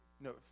No